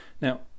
Now